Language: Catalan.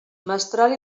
mestral